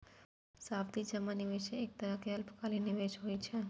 सावधि जमा निवेशक एक तरहक अल्पकालिक निवेश होइ छै